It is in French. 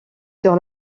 sur